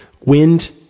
wind